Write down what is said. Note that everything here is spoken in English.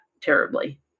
terribly